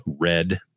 red